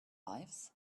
lives